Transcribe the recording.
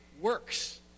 works